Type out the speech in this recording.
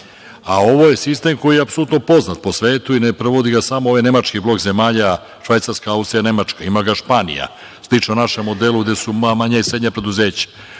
a ovo je sistem koji je apsolutno poznat u svetu i ne prevodi ga samo ovaj nemački blok zemalja, Švajcarska, Austrija, Nemačka, ima ga Španija. Slično našem modelu gde su manja i srednja preduzeća.